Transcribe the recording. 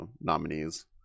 nominees